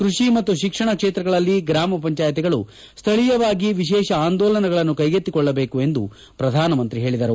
ಕೃಷಿ ಮತ್ತು ಶಿಕ್ಷಣ ಕ್ಷೇತ್ರಗಳಲ್ಲಿ ಗ್ರಾಮ ಪಂಚಾಯಿತಿಗಳು ಸ್ಥಳೀಯವಾಗಿ ವಿಶೇಷ ಆಂದೋಲನಗಳನ್ನು ಕೈಗೆತ್ತಿಕೊಳ್ಳಬೇಕು ಎಂದು ಪ್ರಧಾನಮಂತ್ರಿ ಹೇಳಿದರು